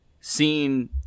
seen